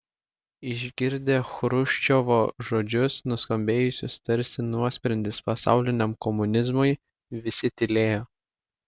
išgirdę chruščiovo žodžius nuskambėjusius tarsi nuosprendis pasauliniam komunizmui visi tylėjo